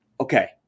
okay